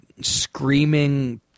screaming